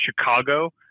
Chicago